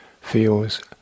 feels